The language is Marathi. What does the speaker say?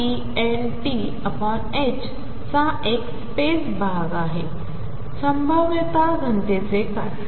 चाएकस्पेसभागआहे संभाव्यताघनतेचेकाय